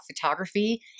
photography